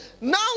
Now